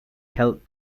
held